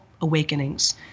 awakenings